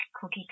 cookie